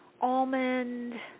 almond